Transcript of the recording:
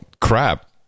crap